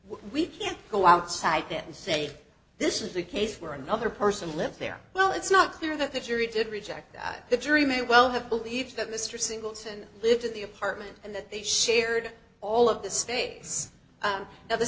we can't go outside and say this is a case where another person lived there well it's not clear that the jury did reject that the jury may well have believed that mr singleton lived at the apartment and that they shared all of the state